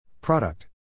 Product